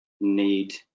need